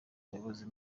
muyobozi